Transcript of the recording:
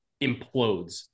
implodes